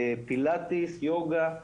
פילאטיס, יוגה.